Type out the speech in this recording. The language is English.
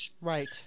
right